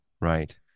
Right